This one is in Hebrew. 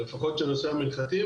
שלפחות נושא המנחתים,